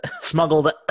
smuggled